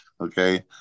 okay